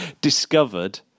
Discovered